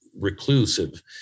reclusive